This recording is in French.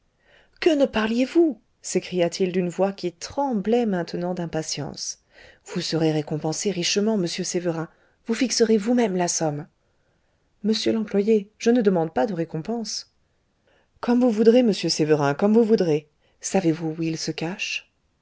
que ne parliez vous s'écria-t-il d'une voix qui tremblait maintenant d'impatience vous serez récompensé richement monsieur sévérin vous fixerez vous-même la somme monsieur l'employé je ne demande pas de récompense comme vous voudrez monsieur sévérin comme vous voudrez savez-vous où il se cache